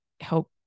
help